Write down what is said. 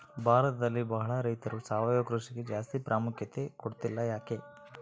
ಭಾರತದಲ್ಲಿ ಬಹಳ ರೈತರು ಸಾವಯವ ಕೃಷಿಗೆ ಜಾಸ್ತಿ ಪ್ರಾಮುಖ್ಯತೆ ಕೊಡ್ತಿಲ್ಲ ಯಾಕೆ?